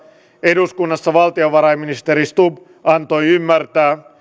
eduskunnassa valtiovarainministeri stubb antoi ymmärtää